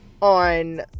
on